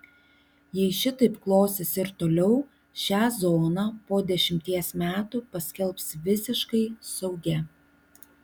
jei šitaip klosis ir toliau šią zoną po dešimties metų paskelbs visiškai saugia